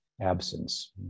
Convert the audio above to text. absence